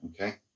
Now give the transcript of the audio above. Okay